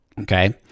Okay